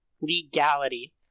legality